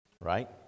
right